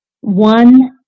One